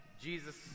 Jesus